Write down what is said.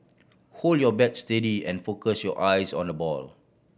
hold your bat steady and focus your eyes on the ball